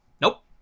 Nope